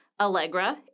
Allegra